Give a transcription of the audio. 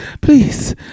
please